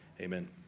Amen